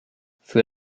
für